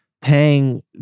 paying